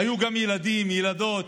היו גם ילדים, ילדות,